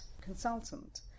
consultant